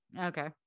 Okay